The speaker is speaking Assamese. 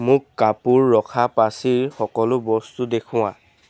মোক কাপোৰ ৰখা পাচিৰ সকলো বস্তু দেখুওৱা